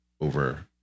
over